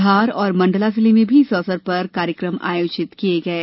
धार और मंडला जिलों में भी इस अवसर पर कार्यक्रम आयोजित किये गये